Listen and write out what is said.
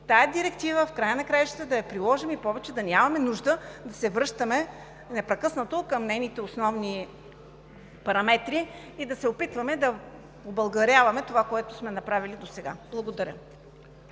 тази директива в края на краищата да я приложим и повече да нямаме нужда непрекъснато да се връщаме към нейните основни параметри и да се опитваме да побългаряваме това, което сме направили досега. Благодаря.